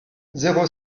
zéro